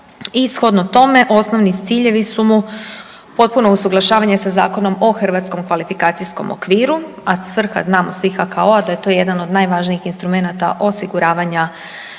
shodno tome osnovi ciljevi su mu potpuno usuglašavanje sa Zakonom o hrvatskom kvalifikacijskom okviru, a svrha znamo svi HKO-a da je to jedan od najvažnijih instrumenata osiguravanja